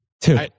Two